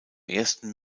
ersten